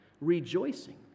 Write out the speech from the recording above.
Rejoicing